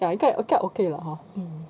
ya 因该因该 okay lah hor mm